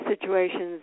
situations